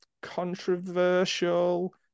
controversial